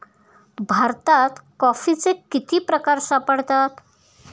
भारतात कॉफीचे किती प्रकार सापडतात?